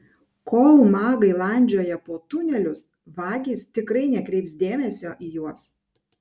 kol magai landžioja po tunelius vagys tikrai nekreips dėmesio į juos